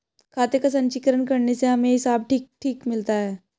खाते का संचीकरण करने से हमें हिसाब ठीक ठीक मिलता है